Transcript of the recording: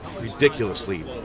ridiculously